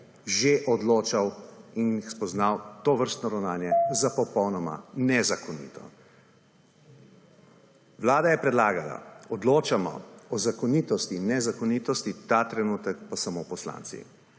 že odločal in jih spoznal tovrstno ravnanje za popolnoma nezakonito. Vlada je predlagala odločamo o zakonitosti in nezakonitosti ta trenutek pa samo poslanci